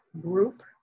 group